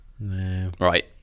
Right